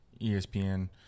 ESPN